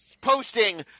posting